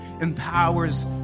empowers